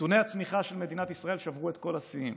נתוני הצמיחה של מדינת ישראל שברו את כל השיאים,